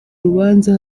rubanza